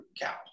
cow